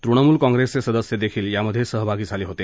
तृणमूल काँग्रेसचे सदस्यदेखील यात सहभागी झाले होते